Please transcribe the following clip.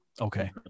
Okay